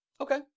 Okay